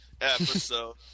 Episode